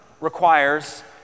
requires